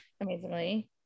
Amazingly